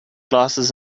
glasses